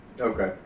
Okay